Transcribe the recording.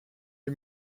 des